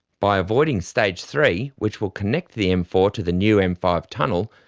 by avoiding stage three, which will connect the m four to the new m five tunnel,